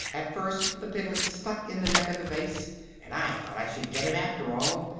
at first the piglet stuck in the neck of the vase and i thought i should get him, after all,